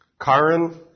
Karen